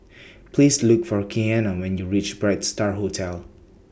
Please Look For Keanna when YOU REACH Bright STAR Hotel